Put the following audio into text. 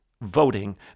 voting